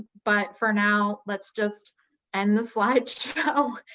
but for now, let's just end the slideshow